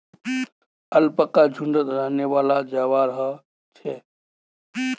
alpaca झुण्डत रहनेवाला जंवार ह छे